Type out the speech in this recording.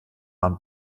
man